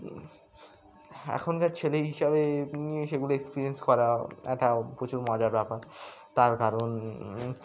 এখনকার ছেলে হিসাবে নিয়ে সেগুলো এক্সপিরিয়েন্স করা একটা প্রচুর মজার ব্যাপার তার কারণ